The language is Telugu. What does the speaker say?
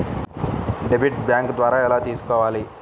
డెబిట్ బ్యాంకు ద్వారా ఎలా తీసుకోవాలి?